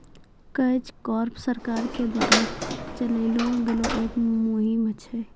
catch कॉर्प सरकार के द्वारा चलैलो गेलो एक मुहिम छै